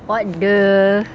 what the